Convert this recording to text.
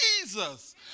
Jesus